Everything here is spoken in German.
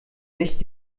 nicht